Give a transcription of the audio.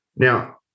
Now